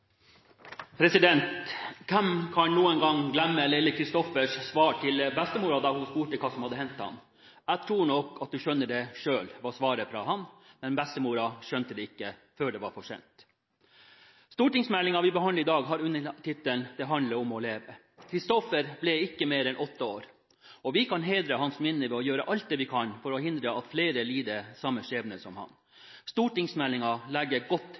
hadde hendt ham: «Jeg tenker nok du skjønner det sjøl», var svaret fra ham, men bestemoren skjønte det ikke før det var for sent. Stortingsmeldingen vi behandler i dag, har undertittelen Det handler om å leve. Christoffer ble ikke mer enn åtte år, og vi kan hedre hans minne ved å gjøre alt det vi kan for å hindre at flere lider samme skjebne som ham. Stortingsmeldingen legger et godt